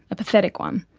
a pathetic one,